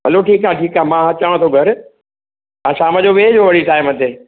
हलो ठीकु आहे ठीकु आहे मां अचांव थो घरु हा शाम जो वेइजो वरी टाइम ते